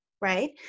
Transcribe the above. right